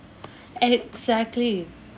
exactly